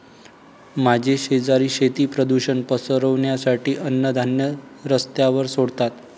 माझे शेजारी शेती प्रदूषण पसरवण्यासाठी अन्नधान्य रस्त्यावर सोडतात